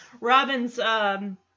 Robin's